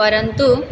परन्तु